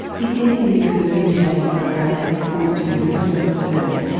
if anything you've heard in today's program has caused you personal concern,